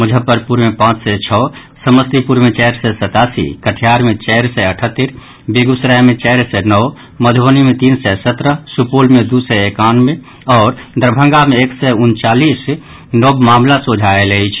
मुजफ्फरपुर मे पांच सय छओ समस्तीपुर मे चारि सय सतासी कटिहार मे चारि सय अठहत्तरि बेगूसराय में चारि सय नओ मधुबनी मे तीन सय सत्रह सुपौल में दू सय एकानवे आओर दरभंगा मे एक सय उनचालीस नव मामिला सोझा आयल अछि